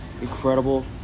incredible